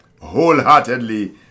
wholeheartedly